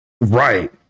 right